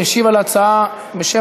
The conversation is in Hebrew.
משיב על ההצעה, בשם